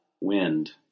Wind